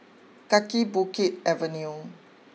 Kaki Bukit Avenue